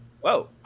whoa